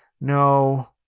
No